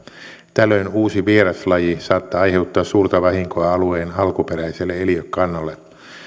tällöin uusi vieraslaji saattaa aiheuttaa suurta vahinkoa alueen alkuperäiselle eliökannalle